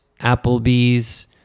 Applebee's